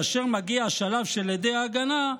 כאשר מגיע השלב של עדי ההגנה,